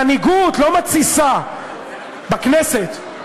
מנהיגות לא מתסיסה בכנסת.